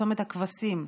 צומת הכבשים,